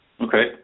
Okay